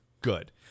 good